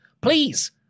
please